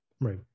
Right